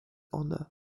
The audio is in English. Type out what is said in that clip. honor